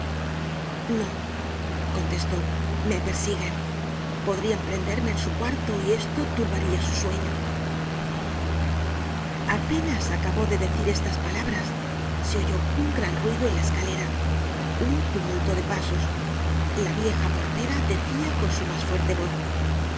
no contestó me persiguen podrian prenderme en su cuarto y esto turbaria su sueño apenas acabó de decir estas palabras se oyó un gran ruido en la escalera un tumulto de pasos la vieja portera decia con su mas fuerte voz